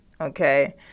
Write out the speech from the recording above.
Okay